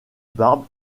barbe